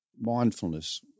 mindfulness –